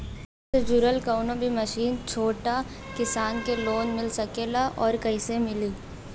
खेती से जुड़ल कौन भी मशीन छोटा किसान के लोन मिल सकेला और कइसे मिली?